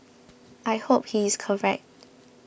I hope he is correct